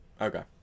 Okay